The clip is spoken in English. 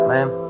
Ma'am